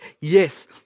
yes